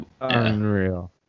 unreal